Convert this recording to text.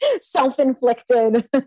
self-inflicted